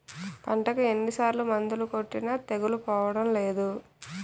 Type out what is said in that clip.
పంటకు ఎన్ని సార్లు మందులు కొట్టినా తెగులు పోవడం లేదు